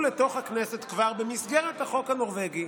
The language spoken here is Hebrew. לתוך הכנסת כבר במסגרת החוק הנורבגי